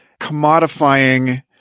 commodifying